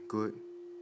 good